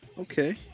Okay